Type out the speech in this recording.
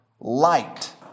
light